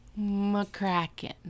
McCracken